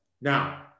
Now